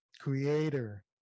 creator